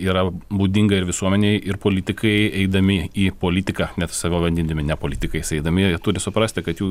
yra būdinga ir visuomenei ir politikai eidami į politiką net save vadindami ne politikais eidami jie turi suprasti kad jų